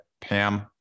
Pam